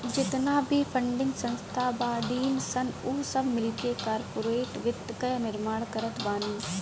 जेतना भी फंडिंग संस्था बाड़ीन सन उ सब मिलके कार्पोरेट वित्त कअ निर्माण करत बानी